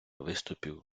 виступів